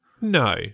No